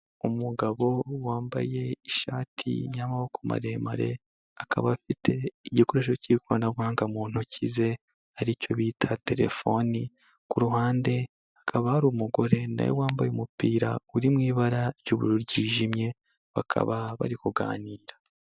Umugabo wambaye ishati y'amaboko maremare akaba afite igikoresho cy'ikoranabuhanga mu ntoki ze aricyo bita telefone, ku ruhande hakaba hari umugore na we wambaye umupira uri mu ibara ry'ubururu ryijimye, bakaba bari kuganira.